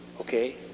Okay